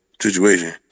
situation